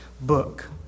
book